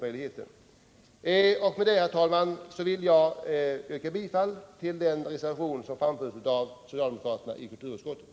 Med dessa ord, herr talman, vill jag yrka bifall till den reservation som avgivits av socialdemokraterna i kulturutskottet.